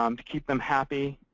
um to keep them happy,